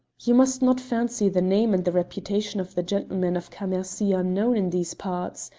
you must not fancy the name and the reputation of the gentlemen of cammercy unknown in these parts,